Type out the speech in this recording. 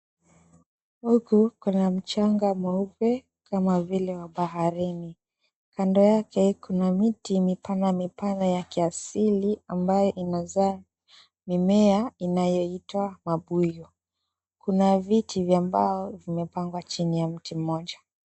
Ardhi ikona mchanga mweupe kama vile wa baharini kando yake kuna miti mipana mipana ya ki asili ambayo imezaa mimea inayo itwa mabuyu kuna viti vya mbao vimepangwa chini ya mti mmoja.